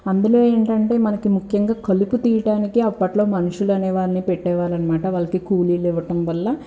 అందులో ఏంటంటే మనకు ముఖ్యంగా కలుపు తీయటానికి అప్పట్లో మనుషులవాళ్ళని పెట్టేవాళ్ళనమాట వాళ్లకి కూలీలు ఇవ్వటం వల్ల